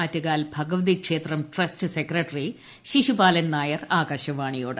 ആറ്റുകാൽ ഭഗവതിക്ഷേത്രം trust secretary Sisupalan Nair ആകാശവാണിയോട്